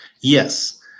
yes